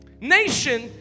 nation